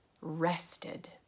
rested